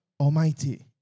Almighty